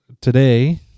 today